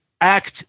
act